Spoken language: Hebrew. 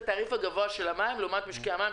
התעריף הגבוה של המים לעומת משקי הבתים,